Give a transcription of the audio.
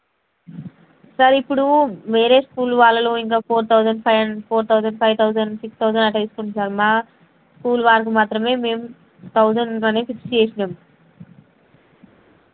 sir ఇప్పుడు వేరే school వాళ్ళలో ఇంక ఫోర్ థౌజండ్ ఫైవ్ హన్ four thousand five thousand six thousand అలా తీస్కుంటున్నారు మా స్కూల్ వాళ్ళకు మాత్రమే మేము థౌసండ్తోనే ఫిక్స్ చేసాం